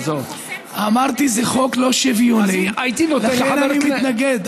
לכן אני מתנגד,